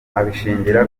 abishingira